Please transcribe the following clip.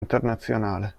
internazionale